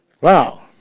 Wow